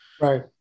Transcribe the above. Right